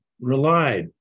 relied